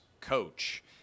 coach